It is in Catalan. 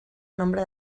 nombre